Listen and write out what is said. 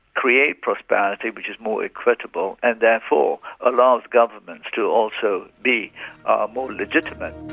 create prosperity which is more equitable, and therefore allows governments to also be more legitimate.